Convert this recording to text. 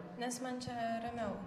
nes man čia ramiau